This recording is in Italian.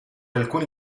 alcuni